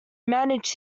managed